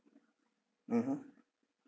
mmhmm